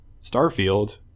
Starfield